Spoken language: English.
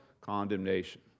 condemnation